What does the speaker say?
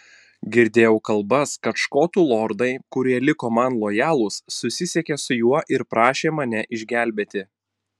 girdėjau kalbas kad škotų lordai kurie liko man lojalūs susisiekė su juo ir prašė mane išgelbėti